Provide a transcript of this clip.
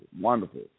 Wonderful